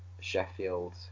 Sheffield